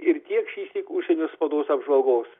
ir tiek šįsyk užsienio spaudos apžvalgos